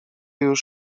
już